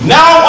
Now